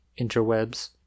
interwebs